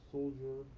Soldier